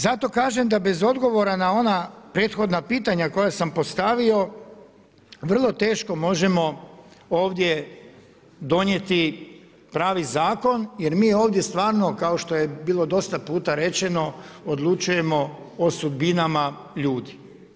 Zato kažem da bez odgovora na ona prethodna pitanja koja sam postavio vrlo teško možemo ovdje donijeti pravi zakon jer mi ovdje stvarno, kao što je bilo dosta puta rečeno odlučujemo o sudbinama ljudi.